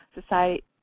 society